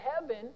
heaven